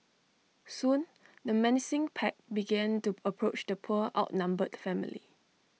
soon the menacing pack began to approach the poor outnumbered family